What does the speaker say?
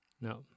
no